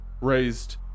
raised